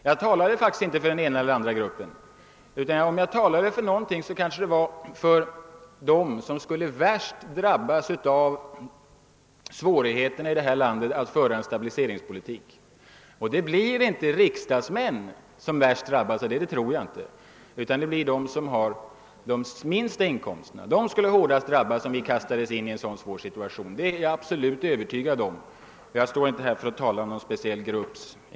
Jag talade faktiskt inte för den ena eller andra gruppen, utan om jag talade för någonting var det för dem som skulle värst drabbas av svårigheterna i detta land att föra en stabiliseringspolitik. Jag tror inte att det blir riksdagsmän eller statsråd som värst drabbas av detta, utan det blir de som har de minsta inkomsterna. De skulle hårdast drabbas om vi kastades in i en svår situation. Jag är absolut övertygad om detta, och jag står inte här för att tala om någon speciell grupp.